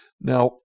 Now